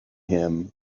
him